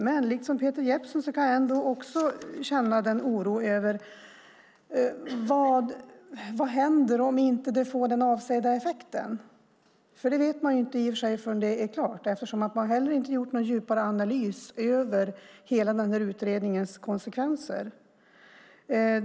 Men liksom Peter Jeppsson kan jag ändå känna den oro över vad som händer om detta inte får avsedd effekt. Det vet man ju inte förrän det är klart eftersom man heller inte har gjort någon djupare analys över hela den där utredningens konsekvenser.